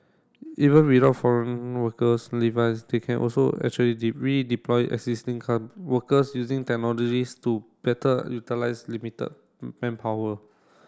even without foreign workers they can also actually redeploy existing can workers using technologies to better utilise limited manpower